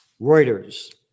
Reuters